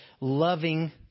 loving